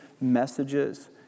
messages